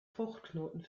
fruchtknoten